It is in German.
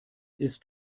ist